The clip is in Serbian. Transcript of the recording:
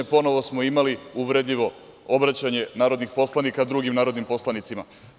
Ponovo smo imali uvredljivo obraćanje narodnih poslanika drugim narodnim poslanicima.